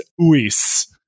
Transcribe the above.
Uis